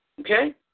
okay